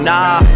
Nah